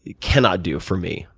cannot do for me.